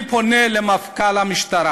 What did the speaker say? אני פונה למפכ"ל המשטרה: